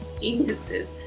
geniuses